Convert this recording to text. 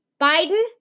Biden